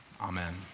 amen